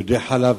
יהודי חאלב,